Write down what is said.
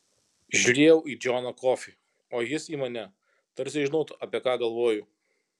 žiūrėjau į džoną kofį o jis į mane tarsi žinotų apie ką galvoju